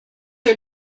are